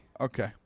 Okay